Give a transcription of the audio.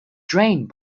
drained